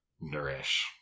nourish